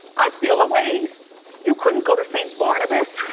i feel ah aways. you couldn't go to saint barnabas?